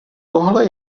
tohle